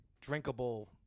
Drinkable